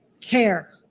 care